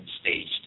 staged